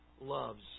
loves